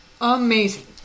Amazing